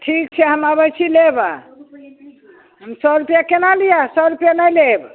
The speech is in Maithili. ठीक छै हम अबैत छी लेबऽ हम सए रूपैआ केना लिअ सए रूपए नहि लेब